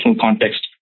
context